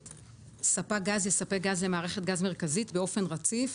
ספק גז יספק גז למערכת גז מרכזית באופן רציף,